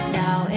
now